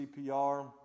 CPR